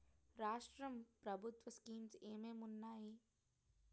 రాష్ట్రం ప్రభుత్వ స్కీమ్స్ ఎం ఎం ఉన్నాయి?